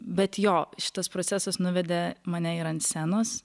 bet jo šitas procesas nuvedė mane ir ant scenos